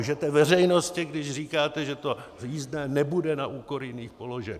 A lžete veřejnosti, když říkáte, že to jízdné nebude na úkor jiných položek.